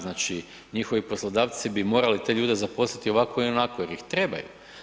Znači njihovi poslodavci bi morali te ljude zaposliti i ovako i onako jer ih trebaju.